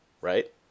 right